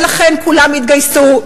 ולכן כולם התגייסו,